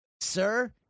sir